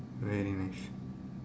very nice